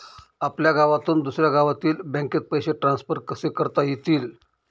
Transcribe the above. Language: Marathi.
आपल्या गावातून दुसऱ्या गावातील बँकेत पैसे ट्रान्सफर कसे करता येतील?